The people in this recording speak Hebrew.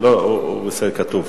זה בסדר, זה כתוב.